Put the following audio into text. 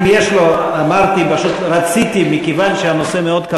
כי אני מכבדת את השר,